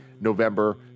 November